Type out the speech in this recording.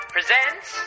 Presents